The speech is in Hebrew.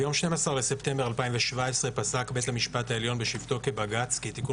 ביום 12 לספטמבר,2017 פסק בית המשפט העליון בשבתו כבג”ץ כי תיקון